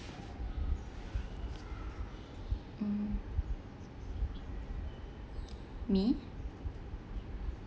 hmm me